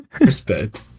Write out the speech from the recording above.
respect